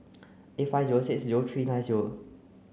eight five zero six zero three nine zero